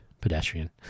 pedestrian